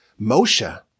Moshe